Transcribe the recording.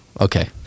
okay